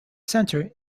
centre